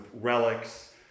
relics